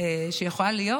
שיכולה להיות,